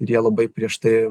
ir jie labai prieš tai